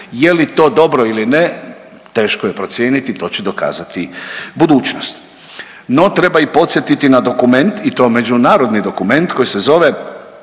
Je li to dobro ili ne, teško je procijeniti, to će dokazati budućnost. No, treba i podsjetiti na dokument i to međunarodni dokument koji se zove